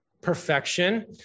perfection